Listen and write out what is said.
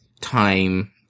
time